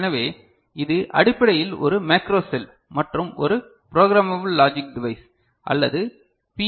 எனவே இது அடிப்படையில் ஒரு மேக்ரோ செல் மற்றும் ஒரு புரோகிராமபல் லாஜிக் டிவைஸ் அல்லது பி